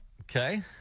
Okay